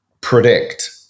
predict